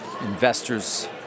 investors